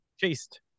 chased